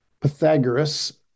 Pythagoras